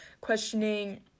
questioning